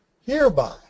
Hereby